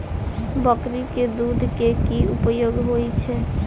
बकरी केँ दुध केँ की उपयोग होइ छै?